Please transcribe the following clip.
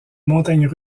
montagnes